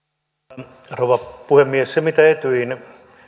arvoisa rouva puhemies se mitä etyjin